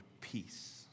peace